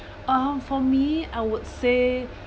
um for me I would say